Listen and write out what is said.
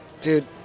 Dude